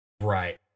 Right